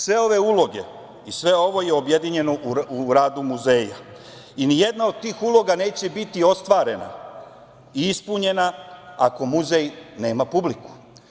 Sve ove uloge i sve ovo je objedinjeno u radu muzeja i nijedna od tih uloga neće biti ostvarena i ispunjena ako muzej nema publiku.